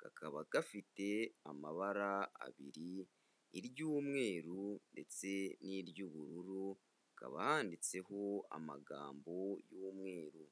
kakaba gafite amabara abiri iry'umweru ndetse n'iry'ubururu, akaba handitseho amagambo y'umweru.